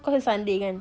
cause it's sunday kan